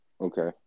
Okay